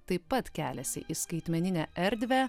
taip pat keliasi į skaitmeninę erdvę